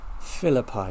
Philippi